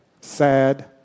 sad